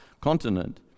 continent